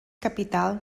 capital